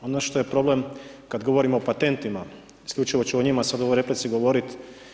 Ono što je problem kad govorimo o patentima, isključivo ću o njima sad u ovoj replici govoriti.